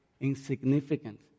insignificant